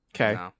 Okay